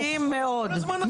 חלק מהדברים שאמרת מטרידים מאוד.